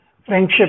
Friendship